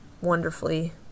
wonderfully